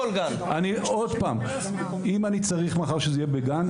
אם אני צריך מחר שזה יהיה בגן,